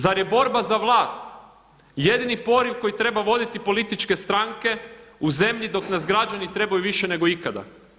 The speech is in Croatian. Zar je borba za vlast jedini poriv koji treba voditi političke stranke u zemlji dok nas građani trebaju više nego ikada?